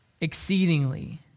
exceedingly